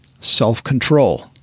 Self-control